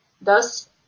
Thus